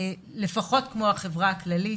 לפחות כמו החברה הכללית,